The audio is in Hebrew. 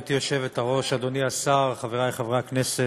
גברתי היושבת-ראש, אדוני השר, חברי חברי הכנסת,